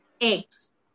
Eggs